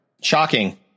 Shocking